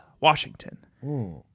Washington